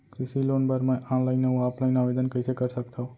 कृषि लोन बर मैं ऑनलाइन अऊ ऑफलाइन आवेदन कइसे कर सकथव?